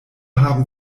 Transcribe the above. haben